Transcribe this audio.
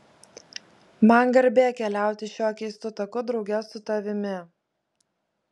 man garbė keliauti šiuo keistu taku drauge su tavimi